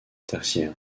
tertiaire